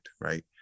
Right